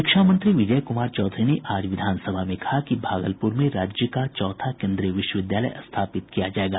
शिक्षा मंत्री विजय कुमार चौधरी ने आज विधानसभा में कहा कि भागलपुर में राज्य का चौथा केन्द्रीय विश्वविद्यालय स्थापित किया जायेगा